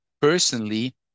personally